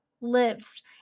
lives